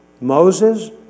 Moses